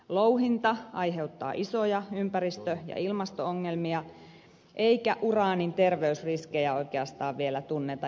louhinta aiheuttaa isoja ympäristö ja ilmasto ongelmia eikä uraanin terveysriskejä oikeastaan vielä tunneta